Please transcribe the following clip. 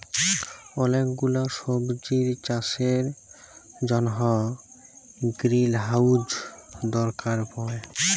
ওলেক গুলা সবজির চাষের জনহ গ্রিলহাউজ দরকার পড়ে